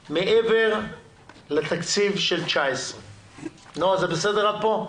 מעבר לתקציב של 19'. נועה, זה בסדר עד פה?